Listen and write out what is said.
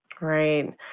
Right